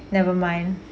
never mind